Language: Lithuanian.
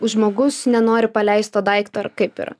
žmogus nenori paleist to daikto ar kaip yra